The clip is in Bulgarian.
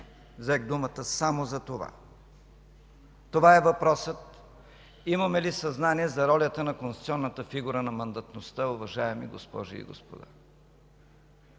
Взех думата само за това. Това е въпросът имаме ли съзнание за ролята на конституционната фигура на мандатността, уважаеми госпожи и господа.